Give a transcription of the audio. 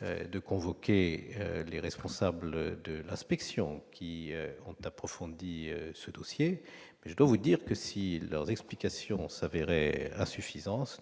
de convoquer les responsables de l'Inspection qui ont approfondi ce dossier. Toutefois, je dois vous le dire, si leurs explications s'avéraient insuffisantes,